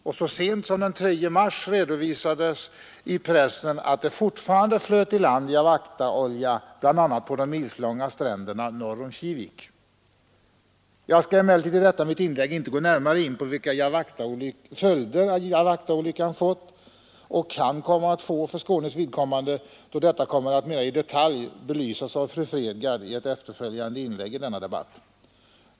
Och så sent som den 3 mars redovisades i pressen att det fortfarande flöt i land Jawachtaolja, bl.a. på de milslånga sandstränderna norr om Kivik. Jag skall emellertid i detta mitt inlägg inte gå närmare in på vilka följder Jawachtaolyckan fått och kan komma att få för Skånes vidkommande, då detta kommer att mera i detalj belysas av fru Fredgardh i ett efterföljande inlägg i denna debatt.